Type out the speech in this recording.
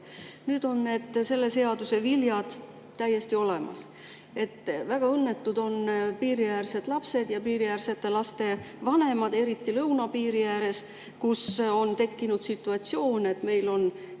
Nüüd on selle seaduse viljad täiesti olemas. Väga õnnetud on piiriäärsed lapsed ja piiriäärsete laste vanemad, eriti lõunapiiri ääres, kus on tekkinud situatsioon, et meil on